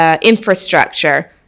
infrastructure